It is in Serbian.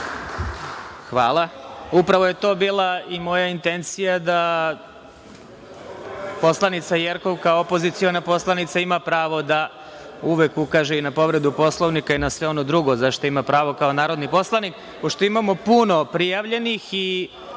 vam. Upravo je to bila i moja intencija da poslanica Jerkov kao opoziciona poslanica ima pravo da uvek ukaže i na povredu Poslovnika i na sve ono drugo zašta ima pravo kao narodni poslanik. Pošto imamo puno prijavljenih,